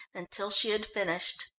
until she had finished.